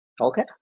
Okay